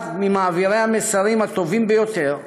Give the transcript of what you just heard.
אחד ממעבירי המסרים הטובים ביותר,